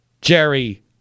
Jerry